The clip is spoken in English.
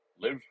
live